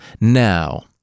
Now